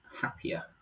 happier